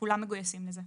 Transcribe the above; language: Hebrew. כולם מגויסים לזה.